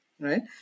right